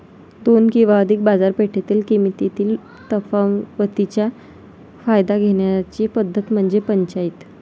दोन किंवा अधिक बाजारपेठेतील किमतीतील तफावतीचा फायदा घेण्याची पद्धत म्हणजे पंचाईत